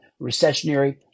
recessionary